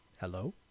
Hello